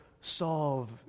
solve